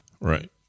Right